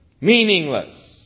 meaningless